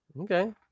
Okay